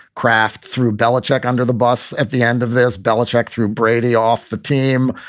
kraft through belichick under the bus at the end of this, belichick through brady off the team.